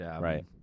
right